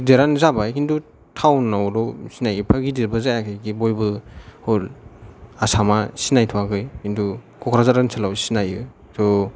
गिदिरानो जाबाय किन्थु थावनावल' सिनायो एफा गिदिरबो जायाखै जे बयबो हल आसामा सिनायथ'आखै किन्थु क'क्राझार ओनसोलाव सिनायो थ'